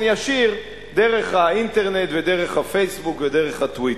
ישיר דרך האינטרנט ודרך ה"פייסבוק" ודרך ה"טוויטר".